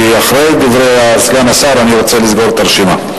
כי אחרי דברי סגן השר אני רוצה לנעול את הרשימה.